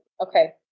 okay